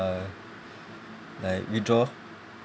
like withdraw